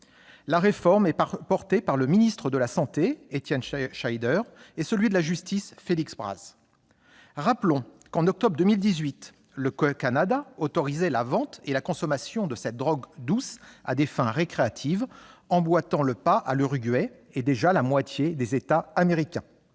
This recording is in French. La réforme est portée par le ministre de la santé, Étienne Schneider, et celui de la justice, Félix Braz. Rappelons qu'en octobre 2018 le Canada autorisait la vente et la consommation de cette drogue douce à des fins récréatives, emboîtant le pas à l'Uruguay et à la moitié, déjà, des États américains.